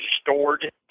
stored